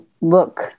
look